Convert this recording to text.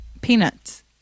Peanuts